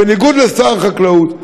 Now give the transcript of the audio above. בניגוד לשר החקלאות,